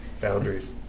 Boundaries